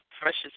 precious